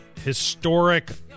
Historic